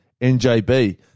NJB